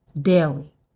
Daily